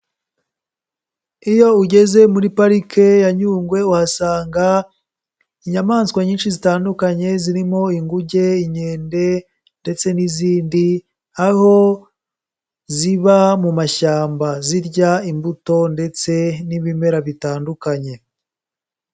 Iyo ugeze muri parike ya Nyungwe uhasanga inyamaswa nyinshi zitandukanye zirimo inguge, inkende ndetse n'izindi, aho ziba mu mashyamba, zirya imbuto ndetse n'ibimera bitandukanye.